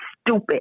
stupid